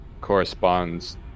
corresponds